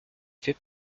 fais